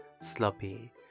sloppy